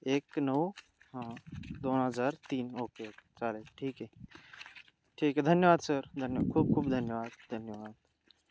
एक नऊ हा दोन हजार तीन ओके ओके चालेल ठीक आहे ठीक आहे धन्यवाद सर धन्यवाद खूप खूप धन्यवाद धन्यवाद